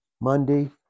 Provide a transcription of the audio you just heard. Monday